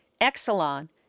Exelon